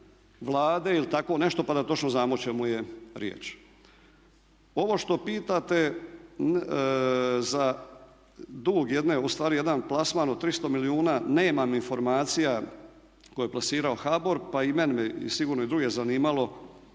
ili tako nešto pa da točno znamo o čemu je riječ. Ovo što pitate za dug jedne, ustvari jedan plasman od 300 milijuna, nemam informacija koje je plasirao HBOR, pa i mene i druge bi zanimalo